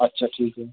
اچھا ٹھیک ہے